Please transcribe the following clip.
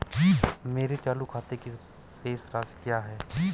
मेरे चालू खाते की शेष राशि क्या है?